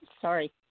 Sorry